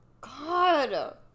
God